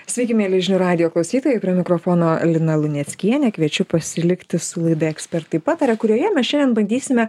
sveiki mieli žinių radijo klausytojai prie mikrofono lina luneckienė kviečiu pasilikti su laida ekspertai pataria kurioje mes šiandien bandysime